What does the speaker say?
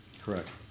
Correct